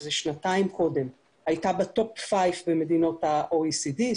שזה שנתיים קודם הייתה בין חמש המדינות הראשונות ב-OECD,